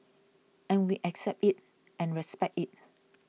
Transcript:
and we accept it and respect it